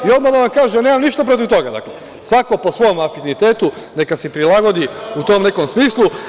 I odmah da vam kažem, nemam ništa protiv toga, svako po svom afinitetu neka se prilagodi u tom nekom smislu.